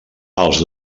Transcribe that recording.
els